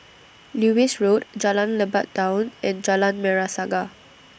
Lewis Road Jalan Lebat Daun and Jalan Merah Saga